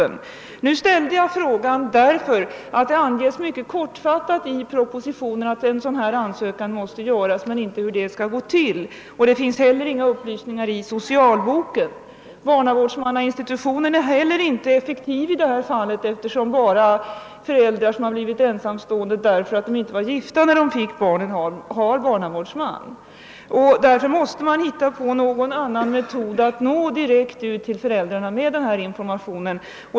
Anledningen till att jag ställde frågan var att det mycket kortfattat anges i propositionen att ansökan måste göras, men det står inte hur detta skall gå till. Det finns inte heller några upplysning ar härom i socialboken: Barnavårdsmannainstitutionen är inte effektiv i detta fall, eftersom barnavårdsman bara utses för sådana barn vilkas föräldrar är ensamstående på grund av att de inte var gifta när de fick barnen. Därför måste man finna någon annan metod att nå dessa föräldrar med information.